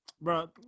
Bro